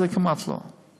אבל זה כמעט לא.